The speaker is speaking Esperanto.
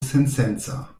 sensenca